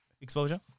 exposure